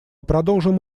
продолжим